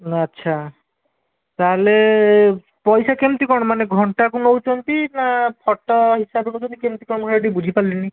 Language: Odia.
ଆଚ୍ଛା ତା'ହେଲେ ପଇସା କେମିତି କ'ଣ ମାନେ ଘଣ୍ଟାକୁ ନେଉଛନ୍ତି ନା ଫଟୋ ହିସାବରେ ନେଉଛନ୍ତି କେମିତି କ'ଣ ମୁଁ ଏଠି ବୁଝିପାରିଲିନି